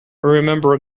remember